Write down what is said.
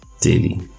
daily